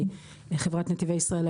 מחברת נתיבי ישראל,